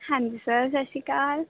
ਹਾਂਜੀ ਸਰ ਸਤਿ ਸ਼੍ਰੀ ਅਕਾਲ